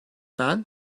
ben